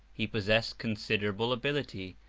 he possessed considerable ability,